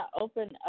open